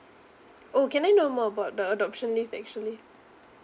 oh can I know more about the adoption leave actually